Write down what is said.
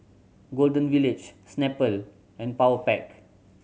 Golden Village Snapple and Powerpac